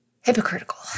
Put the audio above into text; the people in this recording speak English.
hypocritical